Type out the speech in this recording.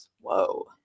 Whoa